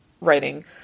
writing